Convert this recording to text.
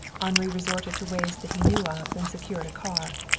henri resorted to ways that he knew of and secured a car.